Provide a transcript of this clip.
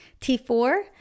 T4